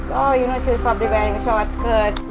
oh you know, she was probably wearing a short skirt.